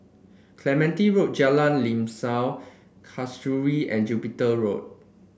Clementi Road Jalan Limau Kasturi and Jupiter Road